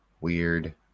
weird